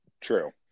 True